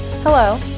Hello